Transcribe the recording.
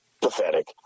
pathetic